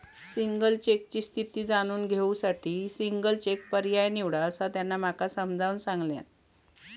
single चेकची स्थिती जाणून घेऊ साठी सिंगल चेक पर्याय निवडा, असा त्यांना माका समजाऊन सांगल्यान